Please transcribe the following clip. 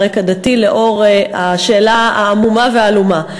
רקע דתי לנוכח השאלה העמומה והעלומה.